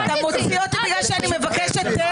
אתה מוציא אותי בגלל שאני מבקש טקסט?